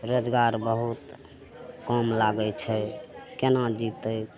रोजगार बहुत कम लागै छै कोना जितै